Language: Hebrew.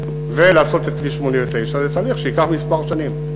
ולעשות את כביש 89. זה תהליך שייקח כמה שנים.